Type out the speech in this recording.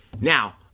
Now